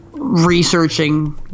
researching